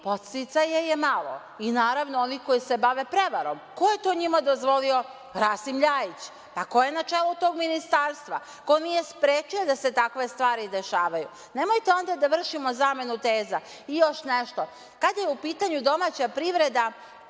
podsticaja je malo i naravno oni koji se bave prevarom. Ko je to njima dozvolio? Rasim Ljajić. Pa, ko je na čelu tog ministarstva? Ko nije sprečio da se takve stvari dešavaju? Nemojte onda da vršimo zamenu teza.I još nešto, kada je u pitanju domaća privreda